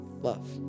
love